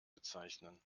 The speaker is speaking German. bezeichnen